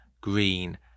green